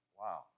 Wow